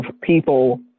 people